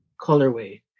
colorway